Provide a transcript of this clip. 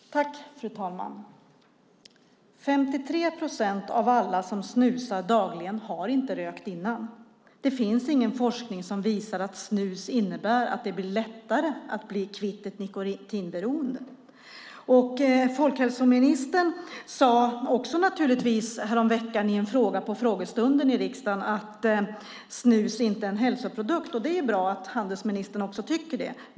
Fru talman! 53 procent av alla som snusar dagligen har inte rökt innan. Det finns ingen forskning som visar att snus innebär att det blir lättare att bli kvitt ett nikotinberoende. Folkhälsoministern sade, naturligtvis, häromveckan i svaret på en fråga på frågestunden i riksdagen att snus inte är en hälsoprodukt, och det är ju bra att handelsministern också tycker det.